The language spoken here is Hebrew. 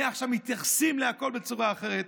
מעכשיו מתייחסים לכול בצורה אחרת.